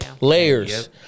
layers